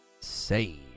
save